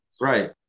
Right